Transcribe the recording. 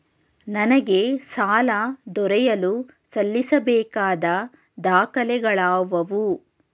ನನಗೆ ಸಾಲ ದೊರೆಯಲು ಸಲ್ಲಿಸಬೇಕಾದ ದಾಖಲೆಗಳಾವವು?